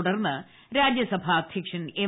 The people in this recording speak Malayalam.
തുടർന്ന് രാജ്യസഭാ അധ്യക്ഷൻ എം